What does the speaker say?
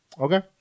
Okay